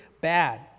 bad